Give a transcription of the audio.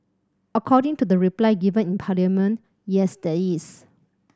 according to the reply given in Parliament yes there is